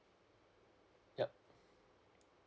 yup